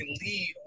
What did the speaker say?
leave